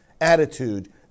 attitude